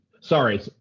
sorry